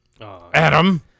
Adam